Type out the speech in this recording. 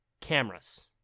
cameras